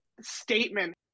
statement